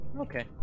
Okay